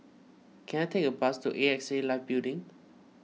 can I take a bus to A X A Life Building